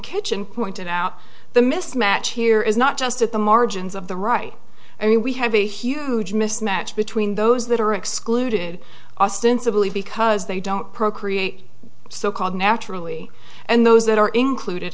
kitchen pointed out the mismatch here is not just at the margins of the right i mean we have a huge mismatch between those that are excluded ostensibly because they don't procreate so called naturally and those that are included